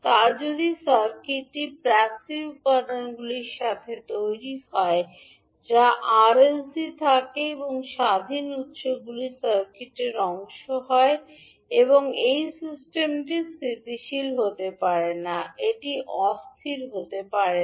তা যদি সার্কিটটি প্যাসিভ উপাদানগুলির সাথে তৈরি হয় যা আরএলসি থাকে এবং স্বাধীন উত্সগুলি সার্কিটের অংশ হয় এই সিস্টেমটি স্থিতিশীল হতে পারে না এটি অস্থির হতে পারে না